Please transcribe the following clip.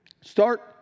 Start